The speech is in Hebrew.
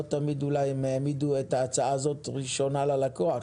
לא תמיד הם העמידו את ההצעה הזאת ראשונה ללקוח.